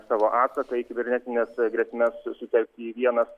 savo atsaką į kibernetines grėsmes sutelkti į vienas